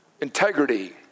Integrity